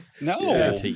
no